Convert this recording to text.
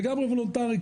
לגמרי וולונטרי,